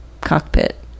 cockpit